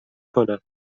کنم